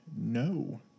no